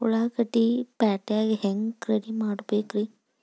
ಉಳ್ಳಾಗಡ್ಡಿನ ಪ್ಯಾಟಿಗೆ ಹ್ಯಾಂಗ ರೆಡಿಮಾಡಬೇಕ್ರೇ?